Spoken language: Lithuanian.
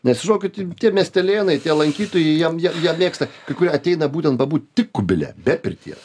nes žinokit tie miestelėnai tie lankytojai jiem jie jie mėgsta kai kurie ateina būtent pabūt tik kubile be pirties